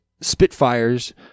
spitfires